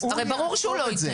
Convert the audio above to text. הרי ברור שהוא לא ייתן.